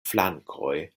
flankoj